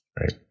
Right